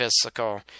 physical